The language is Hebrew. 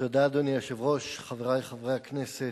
אדוני היושב-ראש, תודה, חברי חברי הכנסת,